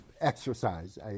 exercise